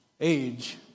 Age